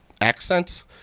accents